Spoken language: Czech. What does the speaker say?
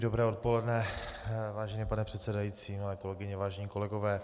Dobré odpoledne, vážený pane předsedající, milé kolegyně, vážení kolegové.